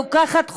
לוקחת חודשים.